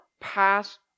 past